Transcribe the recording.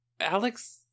Alex